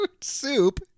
Soup